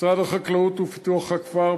משרד החקלאות ופיתוח הכפר,